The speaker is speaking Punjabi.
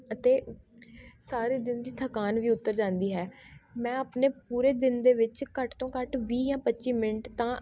ਅਤੇ ਸਾਰੇ ਦਿਨ ਦੀ ਥਕਾਨ ਵੀ ਉਤਰ ਜਾਂਦੀ ਹੈ ਮੈਂ ਆਪਣੇ ਪੂਰੇ ਦਿਨ ਦੇ ਵਿੱਚ ਘੱਟ ਤੋਂ ਘੱਟ ਵੀਹ ਜਾਂ ਪੱਚੀ ਮਿੰਟ ਤਾਂ